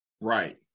Right